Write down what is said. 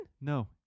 No